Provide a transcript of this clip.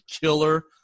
killer